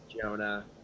Jonah